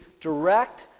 direct